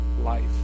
life